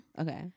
okay